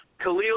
Khalil